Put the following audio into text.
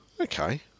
Okay